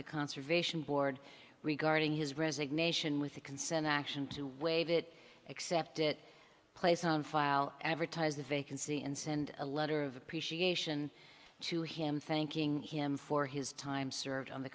the conservation board regarding his resignation with the consent action to waive it except it placed on file advertise the vacancy and send a letter of appreciation to him thanking him for his time served on the